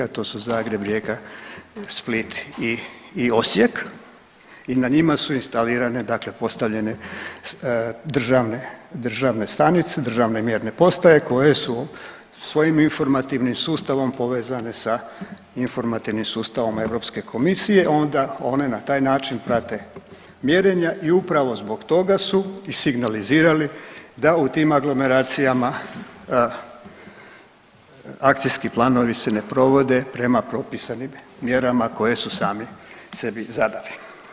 To su Zagreb, Rijeka, Split i Osijek i na njima su instalirane, dakle postavljene državne stanice, državne mjerne postaje koje su svojim informativnim sustavom povezane sa informativnim sustavom Europske komisije onda one na taj način prate mjerenja i upravo zbog toga su i signalizirali da u tim aglomeracijama akcijski planovi se ne provode prema propisanim mjerama koje su sami sebi zadali.